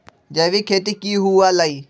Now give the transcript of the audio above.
जैविक खेती की हुआ लाई?